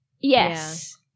Yes